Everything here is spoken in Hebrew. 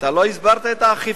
אתה לא הסברת את האכיפה.